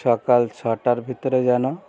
সকাল ছটার ভিতরে যেন